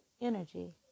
energy